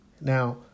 now